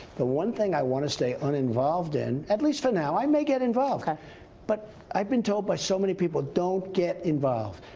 the one thing i want to stay uninvolved in at least for now i may get involved but i have been told by so many people don't get involved.